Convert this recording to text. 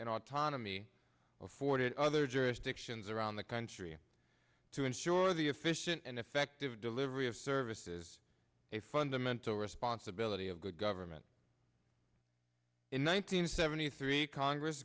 and autonomy afforded other jurisdictions around the country to ensure the efficient and effective delivery of services a fundamental responsibility of good government in one nine hundred seventy three congress